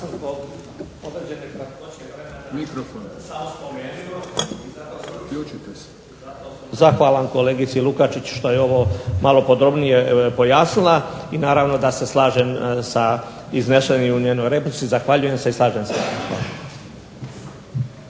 Zahvaljujem se i slažem se.